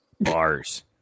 Bars